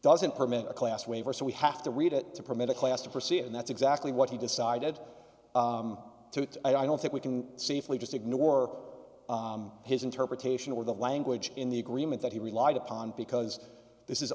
doesn't permit a class waiver so we have to read it to permit a class to proceed and that's exactly what he decided to i don't think we can safely just ignore his interpretation of the language in the agreement that he relied upon because this is